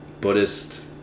Buddhist